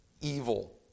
evil